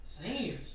Seniors